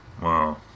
Wow